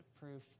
proof